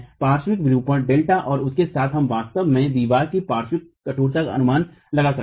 पार्श्व विरूपण डेल्टा और उसके साथ हम वास्तव में दीवार की पार्श्व कठोरता का अनुमान लगा सकते हैं